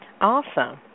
Awesome